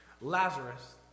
Lazarus